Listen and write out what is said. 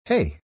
Hey